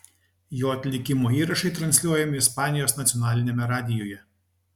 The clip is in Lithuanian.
jo atlikimo įrašai transliuojami ispanijos nacionaliniame radijuje